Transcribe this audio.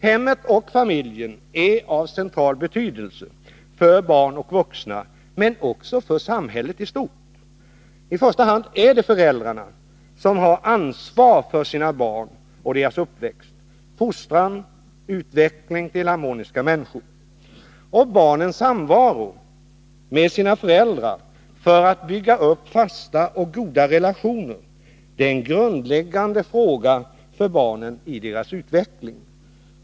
Hemmet och familjen är av central betydelse för barn och vuxna, men också för samhället i stort. I första hand är det föräldrarna som har ansvar för sina barn och deras uppväxt, fostran och utveckling till harmoniska människor. Barnens samvaro med sina föräldrar för att bygga upp fasta och godare relationer är en grundläggande fråga för barnen i deras utveckling.